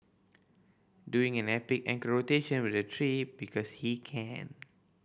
doing an epic ankle rotation with the tree because he can